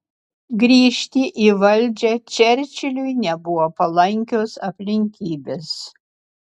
grįžti į valdžią čerčiliui nebuvo palankios aplinkybės